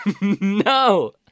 No